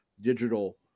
digital